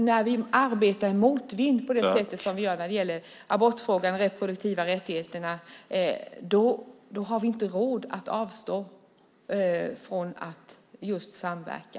När vi arbetar i motvind på det sättet som vi gör när det gäller abortfrågan och frågan om rättigheter när det gäller reproduktiv hälsa har vi inte råd att avstå från att just samverka.